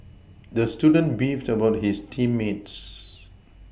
the student beefed about his team mates